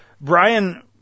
Brian